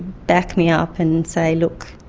back me up and say, look,